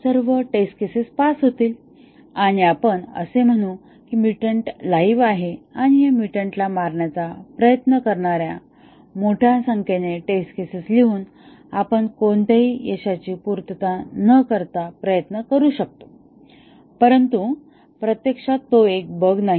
सर्व test cases pass होतील आणि आपण असे म्हणू की म्युटंट लाईव्ह आहे आणि या म्युटंटला मारण्याचा प्रयत्न करणाऱ्या मोठ्या संख्येने टेस्ट केसेस लिहून आपण कोणत्याही यशाची पूर्तता न करता प्रयत्न करू शकतो परंतु प्रत्यक्षात तो एक बग नाही